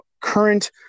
current